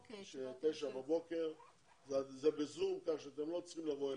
זה בזום, כך שאתם לא צריכים לבוא אלינו.